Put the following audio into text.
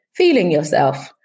FEELINGYOURSELF